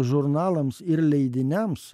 žurnalams ir leidiniams